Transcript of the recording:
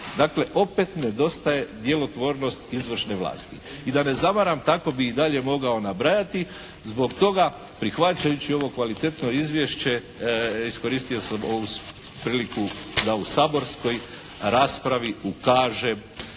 Dakle, opet nedostaje djelotvornost izvršne vlasti. I da ne zamaram tako bih i dalje mogao nabrajati zbog toga prihvaćajući ovo kvalitetno izvješće iskoristio sam ovu priliku da u saborskoj raspravi ukažem